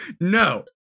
No